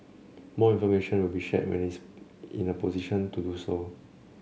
more information will be shared when it is in a position to do so